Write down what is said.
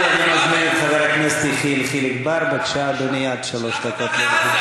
זה לא יעזור לכם.